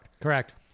Correct